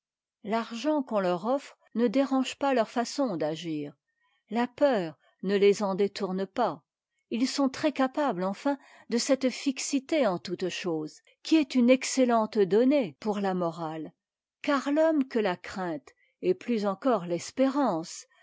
l'argent qu'on teur offre ne dérange pas leur façon d'agir la peur ne les en détourne pas ils sont très capabtes enfin de cette fixité en toutes choses qui est une excellente donnée pour la morate car l'homme que ta crainte et plus encore l'espérance